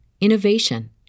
innovation